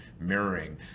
mirroring